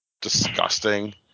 disgusting